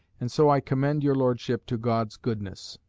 and so i commend your lordship to god's goodness.